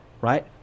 right